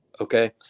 okay